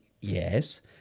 yes